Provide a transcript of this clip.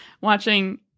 watching